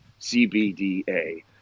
CBDA